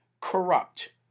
corrupt